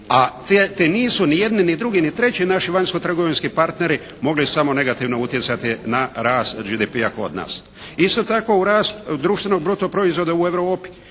a … nisu ni jedni ni drugi, ni treći naši vanjskotrgovinski partneri, mogli samo negativno utjecati na rast GDP-a kod nas. Isto tako u rast društvenog bruto proizvoda u Europi